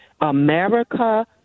America